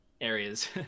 areas